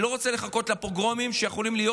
אני לא רוצה לחכות לפוגרומים שיכולים להיות